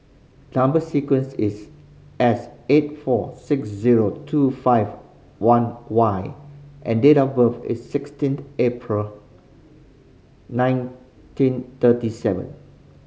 number sequence is S eight four six zero two five one Y and date of birth is sixteenth April nineteen thirty seven